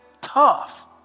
tough